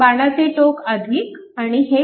बाणाचे टोक आणि हे